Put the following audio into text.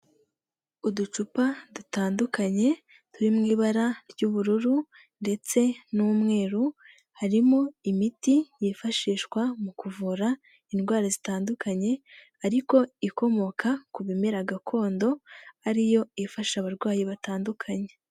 Uducupa dutandukanye turi mu ibara ry'ubururu ndetse n'umweru, harimo imiti yifashishwa mu kuvura indwara zitandukanye ariko ikomoka ku bimera gakondo, ariyo ifasha abarwayi batandukanye.